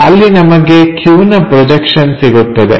ಅಲ್ಲಿ ನಮಗೆ Q ನ ಪ್ರೊಜೆಕ್ಷನ್ ಸಿಗುತ್ತದೆ